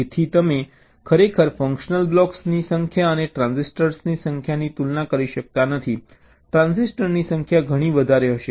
તેથી તમે ખરેખર ફંશનલ બ્લોક્સની સંખ્યા અને ટ્રાન્ઝિટર્સની સંખ્યાની તુલના કરી શકતા નથી ટ્રાંઝિસ્ટરની સંખ્યા ઘણી વધારે હશે